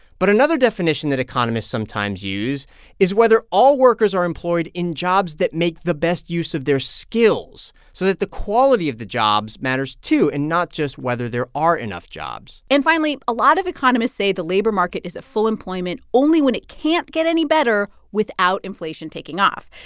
but another definition that economists sometimes use is whether all workers are employed in jobs that make the best use of their skills. so the quality of the jobs matters too and not just whether there are enough jobs and finally, a lot of economists say the labor market is at full employment only when it can't get any better without inflation taking off.